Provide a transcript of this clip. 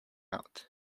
out